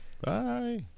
bye